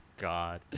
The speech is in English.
God